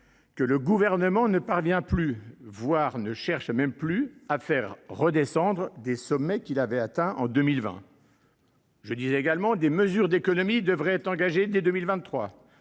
que le Gouvernement ne parvient plus, voire ne cherche même plus à faire redescendre des sommets atteints depuis 2020. » J’ajoutais :« Des mesures d’économies devraient être engagées dès 2023